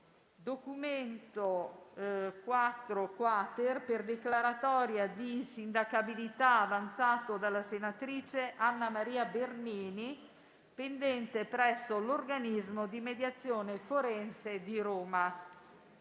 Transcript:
n. 1, per declaratoria di insindacabilità avanzato dalla senatrice Anna Maria Bernini, pendente presso l'organismo di mediazione forense di Roma;